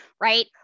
Right